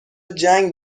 جنگ